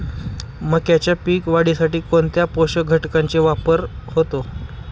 मक्याच्या पीक वाढीसाठी कोणत्या पोषक घटकांचे वापर होतो?